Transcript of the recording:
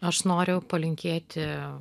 aš noriu palinkėti